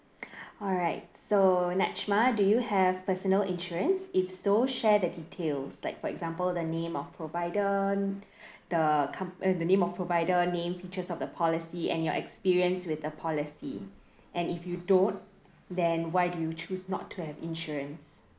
alright so nachma do you have personal insurance if so share the details like for example the name of provider the comp~ uh the name of provider name features of the policy and your experience with the policy and if you don't then why do you choose not to have insurance